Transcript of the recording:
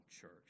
church